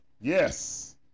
yes